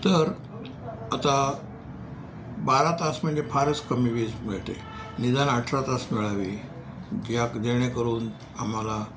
तर आता बारा तास म्हणजे फारच कमी वीज मिळते निदान अठरा तास मिळावी ज्या जेणेकरून आम्हाला